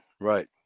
right